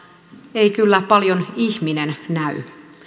ei kyllä paljon ihminen näy